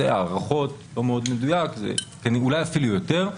אלה הערכות לא מאוד מדויקות, זה אולי אפילו יותר.